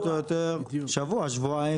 שבוע-שבועיים בערך.